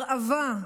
הרעבה,